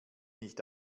nicht